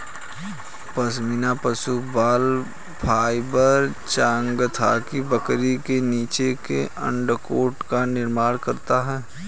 पश्मीना पशु बाल फाइबर चांगथांगी बकरी के नीचे के अंडरकोट का निर्माण करता है